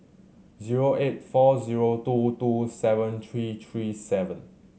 zero eight four zero two two seven three three seven